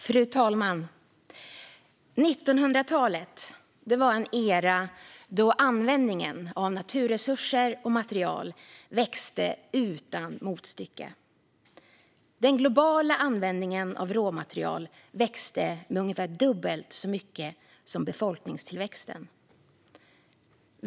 Fru talman! 1900-talet var en era då användningen av naturresurser och material växte utan motstycke. Den globala användningen av råmaterial växte ungefär dubbelt så mycket som befolkningstillväxten.